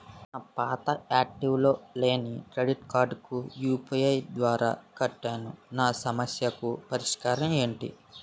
నా పాత యాక్టివ్ లో లేని క్రెడిట్ కార్డుకు యు.పి.ఐ ద్వారా కట్టాను నా సమస్యకు పరిష్కారం ఎంటి?